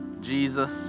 Jesus